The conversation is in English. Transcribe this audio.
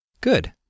Good